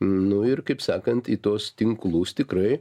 nu ir kaip sakant į tuos tinklus tikrai